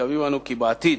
מקווים אנו כי בעתיד